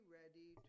ready